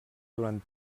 durant